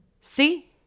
See